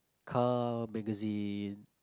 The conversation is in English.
car magazine